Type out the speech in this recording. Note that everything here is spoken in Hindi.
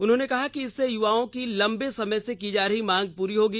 उन्होंने कहा कि इससे युवाओं की लम्बे समय से की जा रही मांग पूरी होगी